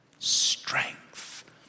Strength